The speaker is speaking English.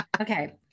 Okay